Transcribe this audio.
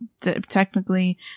technically